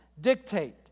dictate